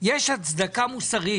יש הצדקה מוסרית,